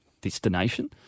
destination